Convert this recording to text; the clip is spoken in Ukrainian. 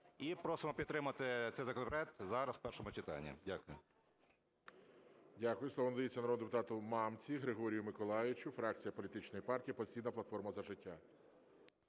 і просимо підтримати цей законопроект зараз в першому читанні. Дякую.